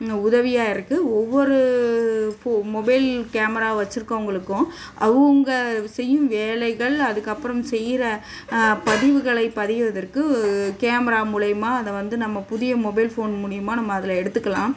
உதவியாக இருக்கு ஒவ்வொரு ஃபோ மொபைல் கேமரா வச்சுருக்கவங்களுக்கும் அவங்க செய்யும் வேலைகள் அதற்கப்பறம் செய்யற பதிவுகளை பதிவதற்கு கேமரா மூலியமாக அதை வந்து நம்ம புதிய மொபைல் ஃபோன் மூலியமாக நம்ம அதில் எடுத்துக்கலாம்